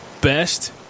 best